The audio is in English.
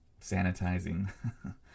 sanitizing